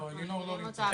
אלינור לא נמצאת פה.